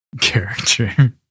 character